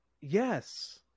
Yes